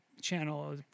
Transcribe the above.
channel